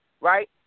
right